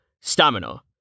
Stamina